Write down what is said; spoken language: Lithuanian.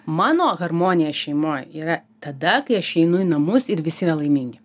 mano harmonija šeimoj yra tada kai aš įeinu į namus ir visi yra laimingi